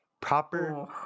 proper